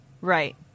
Right